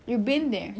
you've been there